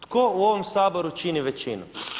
Tko u ovom Saboru čini većinu?